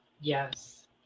Yes